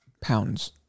pounds